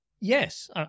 Yes